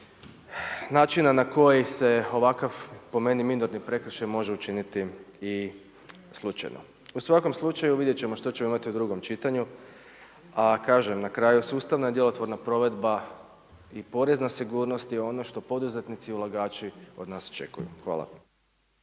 načina na koji se ovakav, po meni, minorni prekršaj može učiniti i slučajno. U svakom slučaju, vidjeti ćemo što ćemo imati u drugom čitanju, a kažem, na kraju sustavna djelotvorna provedba i porezna sigurnost je ono što poduzetnici i ulagači od nas očekuju. Hvala.